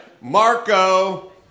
Marco